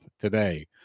today